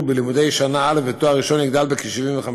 בלימודי שנה א' בתואר הראשון יגדל בכ-75%,